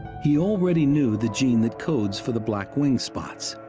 he already knew the gene that codes for the black wing spots.